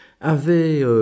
avait